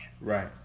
Right